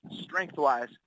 strength-wise